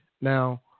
Now